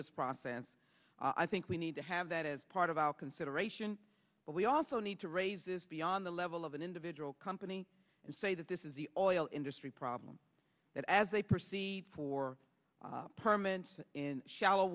this process i think we need to have that as part of our consideration but we also need to raise this beyond the level of an individual company and say that this is the oil industry problem that as they proceed for permanence in shallow